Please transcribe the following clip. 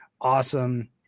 awesome